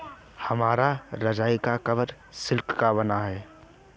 हमारी रजाई का कवर सिल्क का बना है